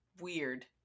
weird